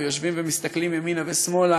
ויושבים ומסתכלים ימינה ושמאלה,